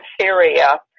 Syria